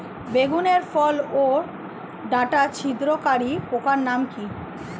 বেগুনের ফল ওর ডাটা ছিদ্রকারী পোকার নাম কি?